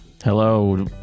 Hello